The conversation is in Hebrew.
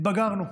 התבגרנו,